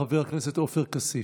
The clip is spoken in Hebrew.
חבר הכנסת עופר כסיף.